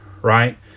right